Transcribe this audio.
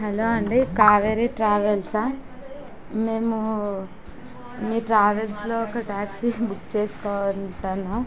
hello అండి కావేరి ట్రావెల్సా మేము మీ ట్రావెల్స్లో ఒక టాక్సీ బుక్ చేసుకోవాలి అనుకుంటున్నాము